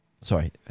Sorry